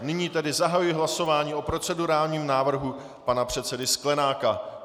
Nyní tedy zahajuji hlasování o procedurálním návrhu pana předsedy Sklenáka.